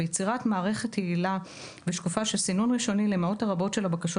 ביצירת מערכת יעילה ושקופה של סינון ראשוני למאות הרבות של הבקשות